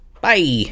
Bye